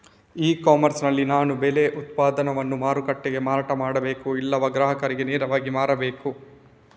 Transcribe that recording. E commerce ನಲ್ಲಿ ನಾನು ಬೆಳೆ ಉತ್ಪನ್ನವನ್ನು ಮಾರುಕಟ್ಟೆಗೆ ಮಾರಾಟ ಮಾಡಬೇಕಾ ಇಲ್ಲವಾ ಗ್ರಾಹಕರಿಗೆ ನೇರವಾಗಿ ಮಾರಬೇಕಾ?